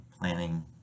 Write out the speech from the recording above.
planning